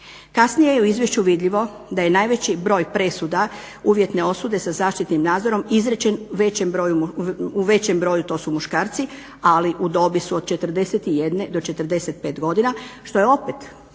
Kasnije je u izvješću vidljivo da je najveći broj presuda uvjetne osude sa zaštitnim nadzorom izrečen većem, u većem broju to su muškarci, ali u dobi su od 41 do 45 godina, što je opet po